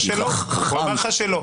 הוא אמר לך שלא.